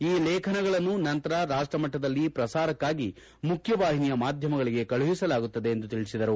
ಈ ಲೇಖನಗಳನ್ನು ನಂತರ ರಾಷ್ಟ ಮಟ್ಟದಲ್ಲಿ ಪ್ರಸಾರಕ್ಕಾಗಿ ಮುಖ್ಯವಾಹಿನಿಯ ಮಾಧ್ಯಮಗಳಿಗೆ ಕಳುಹಿಸಲಾಗುತ್ತದೆ ಎಂದು ತಿಳಿಸಿದರು